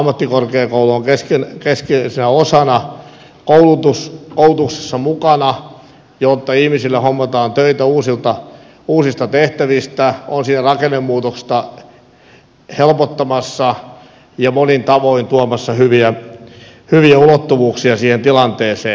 ammattikorkeakoulu on keskeisenä osana koulutuksessa mukana jotta ihmisille hommataan töitä uusista tehtävistä on siinä rakennemuutosta helpottamassa ja monin tavoin tuomassa hyviä ulottuvuuksia siihen tilanteeseen